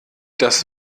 das